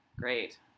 great